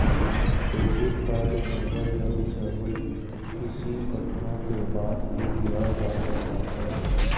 debit card enable या disable किसी घटना के बाद ही किया जा सकता है